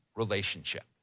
Relationship